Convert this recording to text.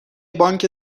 بانک